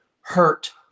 hurt